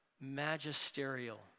magisterial